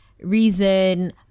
reason